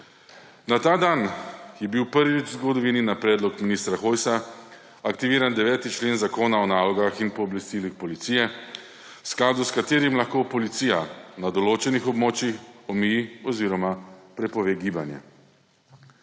Na ta dan je bil prvič v zgodovini na predlog ministra Hojsa aktiviran 9. člen Zakona o nalogah in pooblastilih policije, v skladu s katerim lahko policija na določenih območjih omeji oziroma prepove gibanje.